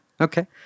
Okay